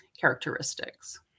characteristics